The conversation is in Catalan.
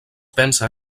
pensa